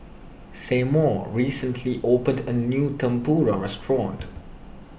Seymour recently opened a new Tempura restaurant